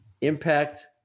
impact